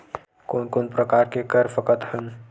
कोन कोन प्रकार के कर सकथ हन?